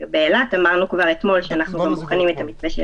אמרנו כבר אילת שאנחנו בוחנים את המתווה של